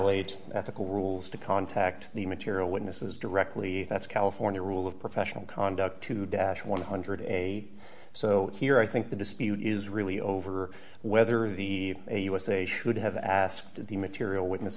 violate ethical rules to contact the material witnesses directly that's california rule of professional conduct to dash one hundred a so here i think the dispute is really over whether the usa should have asked the material witness